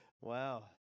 Wow